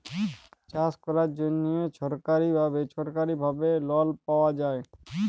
চাষ ক্যরার জ্যনহে ছরকারি বা বেছরকারি ভাবে লল পাউয়া যায়